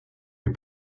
les